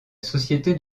société